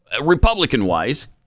Republican-wise